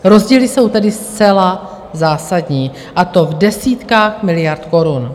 Rozdíly jsou tedy zcela zásadní, a to v desítkách miliard korun.